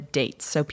dates